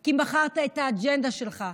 כי מכרת את האג'נדה שלך,